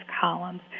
Columns